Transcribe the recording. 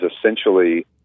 essentially